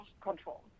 control